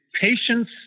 patience